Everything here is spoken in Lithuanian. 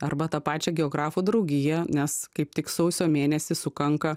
arba tą pačią geografų draugiją nes kaip tik sausio mėnesį sukanka